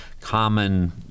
common